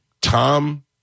Tom